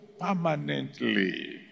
permanently